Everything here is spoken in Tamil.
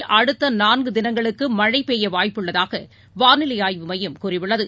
கென் அடுத்தநான்குதினங்களுக்குமழைபெய்யவாய்ப்புள்ளதாகவானிலைஆய்வு மையம் கூறியுள்ளது